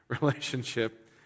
relationship